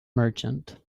merchant